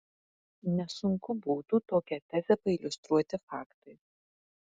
nesunku būtų tokią tezę pailiustruoti faktais